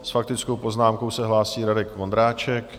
S faktickou poznámkou se hlásí Radek Vondráček.